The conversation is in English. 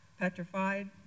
petrified